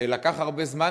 לקח הרבה זמן,